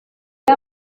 ngo